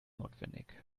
notwendig